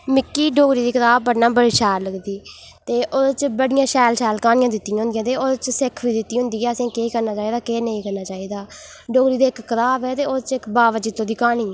मिकी डोगरी दी कताब पढ़ना बड़ी शैल लगदी एह् ओह्दे च बाड़ियां शैल शैल क्हानिया दित्ती दियां होंदिया ओह्दे च सिक्ख बी दित्ती दी होंदी असें केह् करना चाहिदा केह् नेईं करना चाहिदा डोगरी दी इक कताब ऐ ते ओह्दे च इक बाबा जित्तो दी क्हानी ऐ